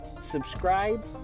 subscribe